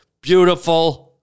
beautiful